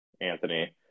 Anthony